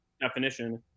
definition